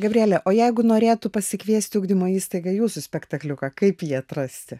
gabriele o jeigu norėtų pasikviesti ugdymo įstaiga jūsų spektakliuką kaip jį atrasti